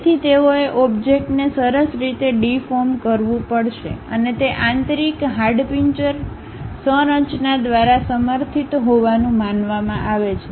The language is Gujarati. તેથી તેઓએ ઓબ્જેક્ટને સરસ રીતે ડીફોર્મ કરવું પડશે અને તે આંતરિક હાડપિંજર સંરચના દ્વારા સમર્થિત હોવાનું માનવામાં આવે છે